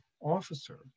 officer